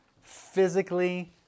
physically